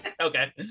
Okay